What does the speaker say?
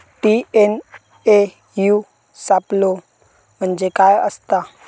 TNAU सापलो म्हणजे काय असतां?